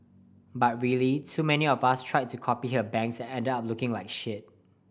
but really too many of us tried to copy her bangs and ended up looking like shit